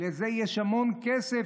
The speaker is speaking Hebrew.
לזה יש המון כסף.